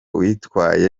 witwaye